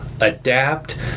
adapt